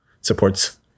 supports